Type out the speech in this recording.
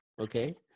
Okay